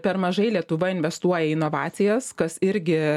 per mažai lietuva investuoja į inovacijas kas irgi